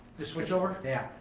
the switch over? yeah.